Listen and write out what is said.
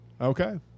Okay